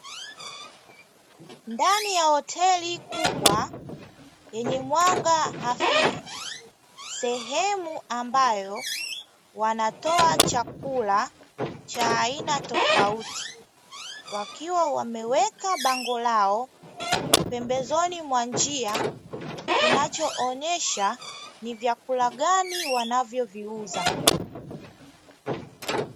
Ndani ya hoteli kubwa yenye mwanga hafifu, sehemu ambayo wanatoa chakula cha aina tofauti, wakiwa wameweka bango lao pembezoni mwa njia kinachoonyesha ni vyakula gani wanavyo viuza.